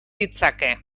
ditzake